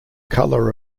colour